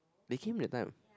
they came that time